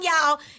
y'all